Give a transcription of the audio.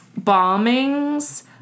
bombings